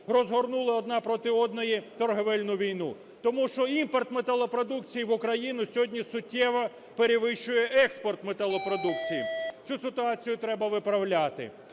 розгорнули одна проти одної торгівельну війну. Тому що імпорт металопродукції в Україну сьогодні суттєво перевищує експорт металопродукції. Цю ситуацію треба виплавляти.